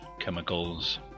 chemicals